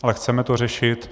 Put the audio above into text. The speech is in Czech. Ale chceme to řešit.